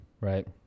Right